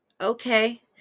Okay